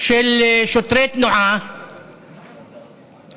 של שוטרי תנועה שעצרו